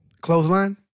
Clothesline